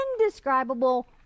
indescribable